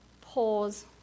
pause